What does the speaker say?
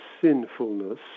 sinfulness